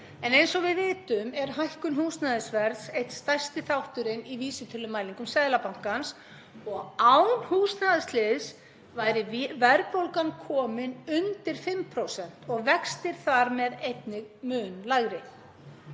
Eins og við vitum er hækkun húsnæðisverðs einn stærsti þátturinn í vísitölumælingum Seðlabankans og án húsnæðisliðar væri verðbólgan komin undir 5% og vextir væru þar með einnig mun lægri.